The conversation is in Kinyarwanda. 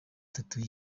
batanu